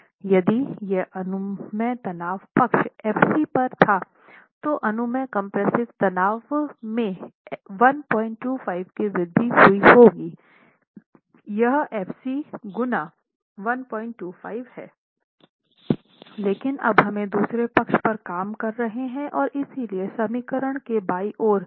यदि यह अनुमेय तनाव पक्ष f c पर था तो अनुमेय कम्प्रेस्सिव तनाव में 125 की वृद्धि हुई होंगी यह f c गुना 125 है लेकिन अब हम दूसरे पक्ष पर काम कर रहे हैं और इसलिए समीकरण के बाईं ओर 125 जाता है